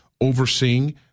overseeing